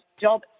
job